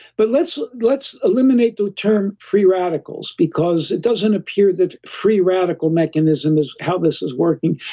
but let's let's eliminate the term free radicals, because it doesn't appear that free radical mechanism is how this is working.